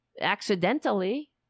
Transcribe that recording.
accidentally